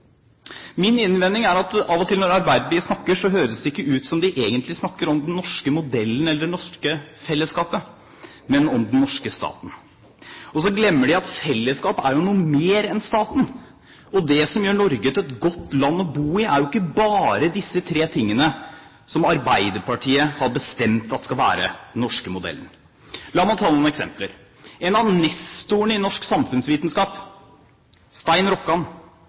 Min innvending er at av og til når Arbeiderpartiet snakker, høres det ikke ut som om de egentlig snakker om den norske modellen eller det norske fellesskapet, men om den norske staten. Og så glemmer de at fellesskap er jo noe mer enn staten. Det som gjør Norge til et godt land å bo i, er jo ikke bare disse tre tingene som Arbeiderpartiet har bestemt skal være den norske modellen. La meg ta noen eksempler. En av nestorene i norsk samfunnsvitenskap, Stein Rokkan,